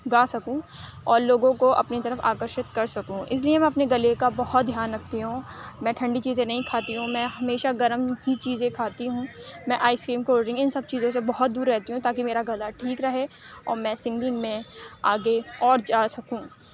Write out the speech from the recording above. گا سکوں اور لوگوں کو اپنی طرف آکرشک کر سکوں اِس لیے میں اپنے گلے کا بہت دھیان رکھتی ہوں میں ٹھنڈی چیزیں نہیں کھاتی ہوں میں ہمیشہ گرم ہی چیزیں کھاتی ہوں میں آئس کریم کولڈ ڈرنک اِن سب چیزوں سے بہت دور رہتی ہوں تاکہ میرا گلا ٹھیک رہے اور میں سنگنگ میں آگے اور جا سکوں